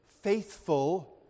faithful